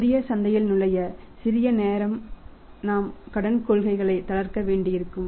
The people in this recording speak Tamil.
புதிய சந்தையில் நுழைய சிறிது நேரம் நாம் கடன் கொள்கைகளை தளர்த்த வேண்டியிருக்கும்